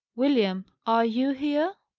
william, are you here?